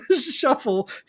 shuffle